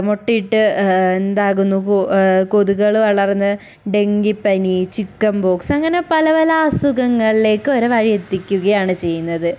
മൊട്ടിട്ട് എന്താകുന്നു കൊതുകുകൾ വളർന്നു ഡെങ്കിപ്പനി ചിക്കൻ പോക്സ് അങ്ങനെ പല പല അസുഖങ്ങളിലേക്ക് വരെ വഴി എത്തിക്കുകയാണ് ചെയ്യുന്നത്